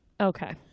Okay